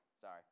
Sorry